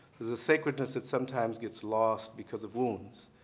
there's a sacredness that sometimes gets lost because of wounds.